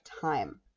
time